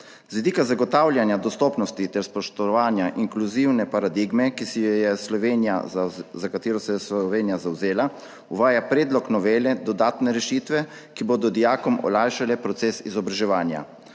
Z vidika zagotavljanja dostopnosti ter spoštovanja inkluzivne paradigme, za katero se je Slovenija zavzela, uvaja predlog novele dodatne rešitve, ki bodo dijakom olajšale proces izobraževanja.